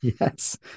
Yes